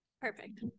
perfect